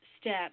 step